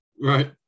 Right